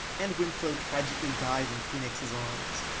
and winslow tragically dies in phoenix's arms.